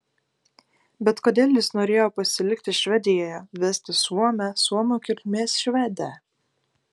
bet kodėl jis norėjo pasilikti švedijoje vesti suomę suomių kilmės švedę